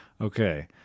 Okay